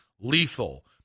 lethal